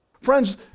Friends